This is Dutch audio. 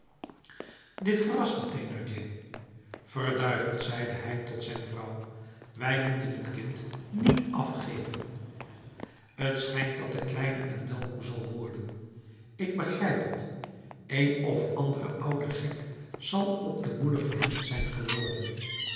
dit verraste thénardier verduiveld zeide hij tot zijn vrouw wij moeten het kind niet afgeven t schijnt dat de kleine een melkkoe zal worden ik begrijp het een of andere oude gek zal op de moeder verliefd zijn geworden